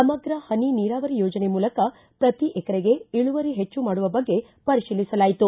ಸಮಗ್ರ ಪನಿ ನೀರಾವರಿ ಯೋಜನೆ ಮೂಲಕ ಪ್ರತಿ ಎಕರೆಗೆ ಇಳುವರಿ ಹೆಚ್ಚು ಮಾಡುವ ಬಗ್ಗೆ ಪರಿಶೀಲಿಸಲಾಯಿತು